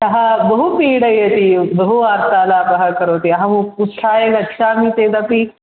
सः बहु पीडयति बहुवार्तालापः करोति अहम् उत्थाय गच्छामि चेदपि